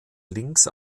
links